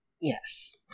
Yes